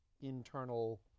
internal